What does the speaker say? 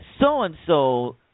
so-and-so